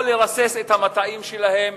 או לרסס את המטעים שלהם